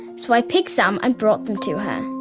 so i picked some and brought them to her.